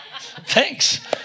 Thanks